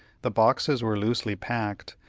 the boxes were loosely packed,